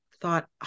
thought